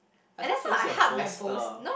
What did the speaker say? I thought you use your boaster